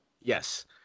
Yes